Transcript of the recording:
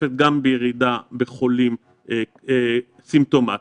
משתקפת גם בירידה בחולים סימפטומים,